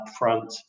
upfront